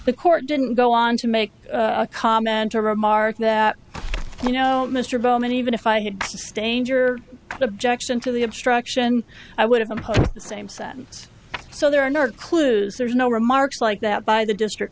the court didn't go on to make a comment or remark that you know mr bowman even if i had danger objection to the obstruction i would have the same sentence so there are no clues there's no remarks like that by the district